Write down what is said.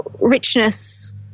richness